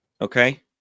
Okay